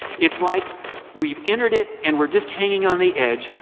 it's like we've entered it and we're just hanging on the edge,